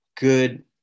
good